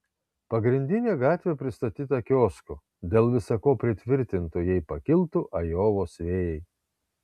pagrindinė gatvė pristatyta kioskų dėl visa ko pritvirtintų jei pakiltų ajovos vėjai